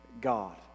God